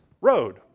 road